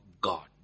God